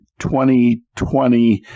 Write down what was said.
2020